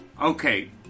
okay